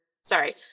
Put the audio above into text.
sorry